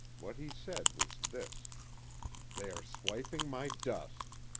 what he said was this they are swiping my dust!